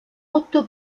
otto